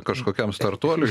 kažkokiam startuoliui